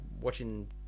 watching